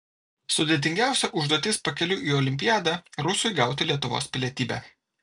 sudėtingiausia užduotis pakeliui į olimpiadą rusui gauti lietuvos pilietybę